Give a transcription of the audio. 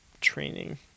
training